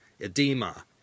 edema